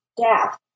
death